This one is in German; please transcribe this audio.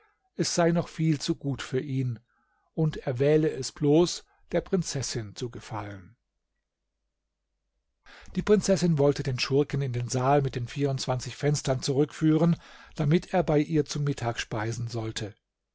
es sei noch viel zu gut für ihn und er wähle es bloß der prinzessin zu gefallen die prinzessin wollte den schurken in den saal mit den vierundzwanzig fenstern zurückführen damit er bei ihr zu mittag speisen sollte